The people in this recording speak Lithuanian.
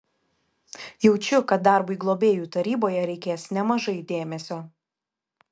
jaučiu kad darbui globėjų taryboje reikės nemažai dėmesio